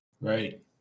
Right